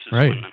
right